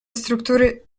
struktury